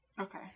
Okay